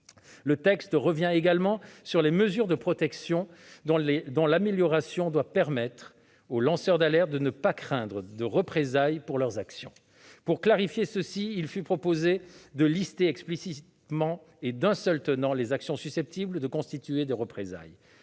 Le texte revient également sur les mesures de protection, dont l'amélioration doit permettre aux lanceurs d'alerte de ne pas craindre de représailles pour leurs actions. À des fins de clarification, il a été proposé de lister explicitement et d'un seul tenant les actions susceptibles de constituer des représailles.